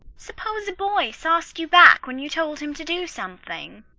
suppose a boy sauced you back when you told him to do something?